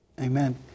Amen